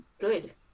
good